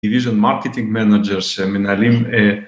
Division Marketing Managers, שמנהלים